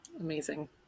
amazing